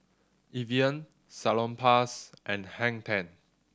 Evian Salonpas and Hang Ten